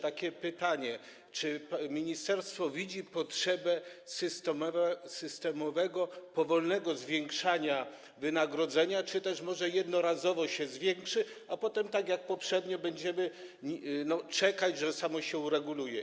Mam takie pytanie: Czy ministerstwo widzi potrzebę systemowego, powolnego zwiększania wynagrodzenia czy też może jednorazowo się je zwiększy, a potem, tak jak poprzednio, będzie się czekać, aż samo się ureguluje?